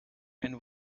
and